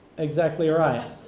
exactly right.